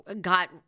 got